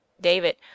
David